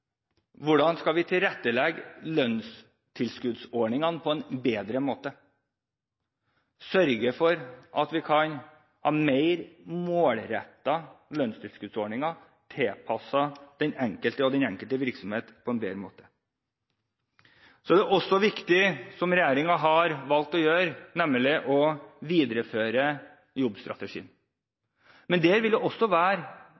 Hvordan skal vi tilrettelegge lønnstilskuddsordningene på en bedre måte og sørge for at vi kan ha mer målrettede lønnstilskuddsordninger, tilpasset den enkelte og den enkelte virksomhet på en bedre måte? Så er det også viktig – som regjeringen har valgt å gjøre – å videreføre jobbstrategien. Men der vil det også være